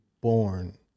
born